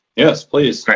yes, please.